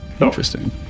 Interesting